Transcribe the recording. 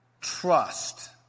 Trust